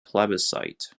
plebiscite